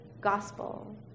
gospel